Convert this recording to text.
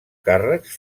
càrrecs